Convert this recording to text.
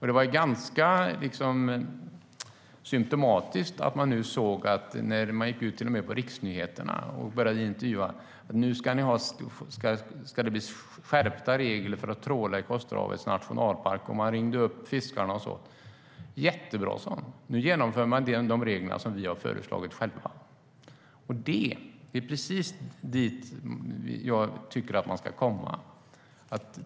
Det man hörde i intervjuer i riksnyheterna angående skärpta regler för trålning i Kosterhavets nationalpark var ganska symtomatiskt. När fiskarna blev uppringda sa de: Jättebra - nu genomför man de regler som vi har föreslagit själva. Det är precis dit jag tycker att man ska komma.